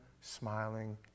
smiling